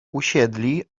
usiedli